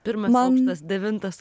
pirmas aukštas devintas